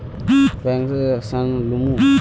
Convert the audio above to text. Bank से ऋण लुमू?